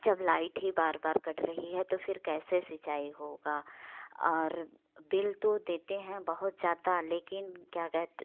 जब लाइट ही बार बार कट रही है तो फिर कैसे सिंचाई होगा और बिल तो देते हैं बहुत ज़्यादा लेकिन क्या कहते